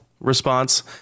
response